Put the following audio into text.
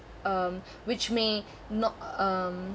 um which may no~ um